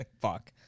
Fuck